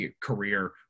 career